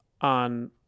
On